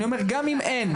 אני אומר גם אם אין,